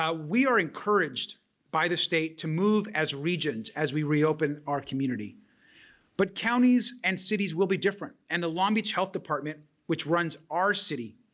ah we are encouraged by the state to move as regions as we reopen our community but counties and cities will be different and the long beach health department, which runs our city,